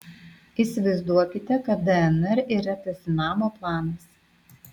įsivaizduokite kad dnr yra tarsi namo planas